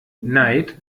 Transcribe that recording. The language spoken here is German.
neid